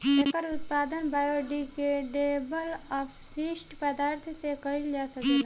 एकर उत्पादन बायोडिग्रेडेबल अपशिष्ट पदार्थ से कईल जा सकेला